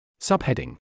subheading